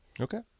Okay